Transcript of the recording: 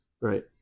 Right